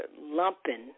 lumping